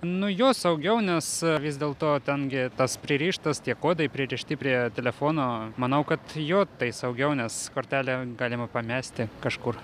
nu jo saugiau nes vis dėl to ten gi tas pririštas tie kodai pririšti prie telefono manau kad jo tai saugiau nes kortelę galima pamesti kažkur